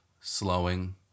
slowing